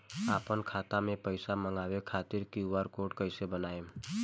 आपन खाता मे पईसा मँगवावे खातिर क्यू.आर कोड कईसे बनाएम?